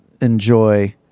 enjoy